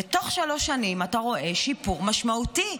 ובתוך שלוש שנים אתה רואה שיפור משמעותי.